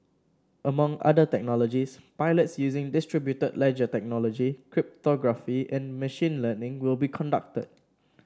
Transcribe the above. among other technologies pilots using distributed ledger technology cryptography and machine learning will be conducted